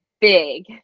big